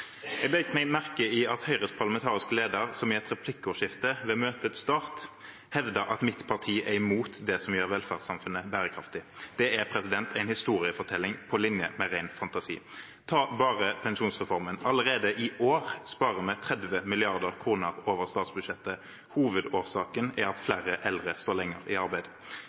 Jeg bet meg merke i at Høyres parlamentariske leder i et replikkordskifte ved møtets start hevdet at mitt parti er imot det som gjør velferdssamfunnet bærekraftig. Det er en historiefortelling på linje med ren fantasi. Ta bare pensjonsreformen: Allerede i år sparer vi 30 mrd. kr over statsbudsjettet. Hovedårsaken er at flere eldre står lenger i arbeid.